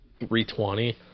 320